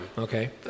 Okay